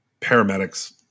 paramedics